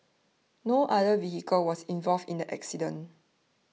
no other vehicle was involved in the accident